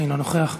אינו נוכח.